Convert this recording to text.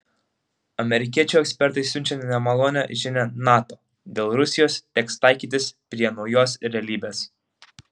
amerikiečių ekspertai siunčia nemalonią žinią nato dėl rusijos teks taikytis prie naujos realybės